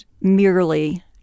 merely